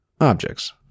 objects